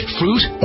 fruit